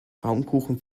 baumkuchen